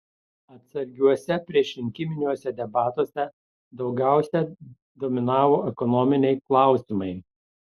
atsargiuose priešrinkiminiuose debatuose daugiausia dominavo ekonominiai klausimai